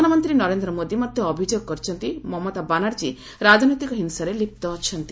ପ୍ରଧାନମନ୍ତ୍ରୀ ନରେନ୍ଦ୍ର ମୋଦି ମଧ୍ୟ ଅଭିଯୋଗ କରିଛନ୍ତି ମମତା ବାନାର୍ଜୀ ରାଜନୈତିକ ହିଂସାରେ ଲିପ୍ତ ଅଛନ୍ତି